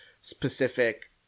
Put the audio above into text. specific